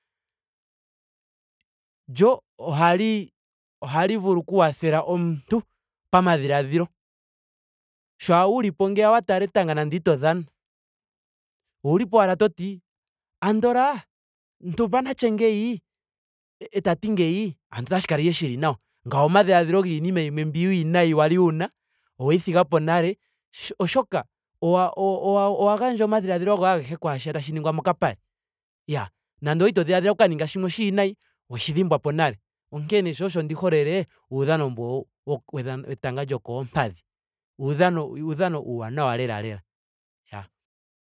Lyo ohali ohali vulu oku kwathela omuntu pamadhiladhilo. Sho ashike wuli po ngeya wa tala etanga nando ito dhana. owu lipo ashike toti. andola ntumba na tye ngeyi etati ngeyi ando otashi kala ihe shili nawa. Ngawo omadhiladhilo giinima yimwe mbiya iiwinayi wa li wuna. oweyi thigapo nale sho- oshoka owa- owa- owa gandja omadhiladhilo goye agehe kwaashiya tashi ningwa mokapale. Iyaa nando okwali to dhiladhila wu ka ninge shimwe oshiinayi. weshi dhimbwapo nale. Onkene sho osho ndi holele uudhano mbu wo- wo- wetanga lyokoompadhi. Uu- uudhano uuwanawa lela lela. Iyaa